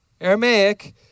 Aramaic